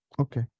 Okay